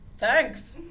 Thanks